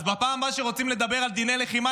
אז בפעם הבאה שרוצים לדבר על דיני לחימה,